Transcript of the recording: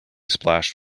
splashed